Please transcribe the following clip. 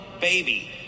baby